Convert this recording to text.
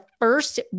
first